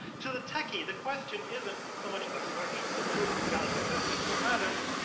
to the techie, the question isn't so much a search for the proof of god's existence but rather,